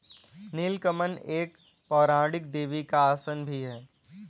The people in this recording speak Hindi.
नील कमल एक पौराणिक देवी का आसन भी है